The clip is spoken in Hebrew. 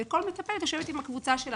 וכל מטפלת יושבת עם הקבוצה שלה.